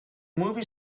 movie